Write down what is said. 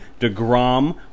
Degrom